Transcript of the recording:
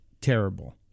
terrible